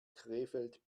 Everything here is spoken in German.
krefeld